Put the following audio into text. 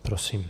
Prosím.